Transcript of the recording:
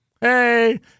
hey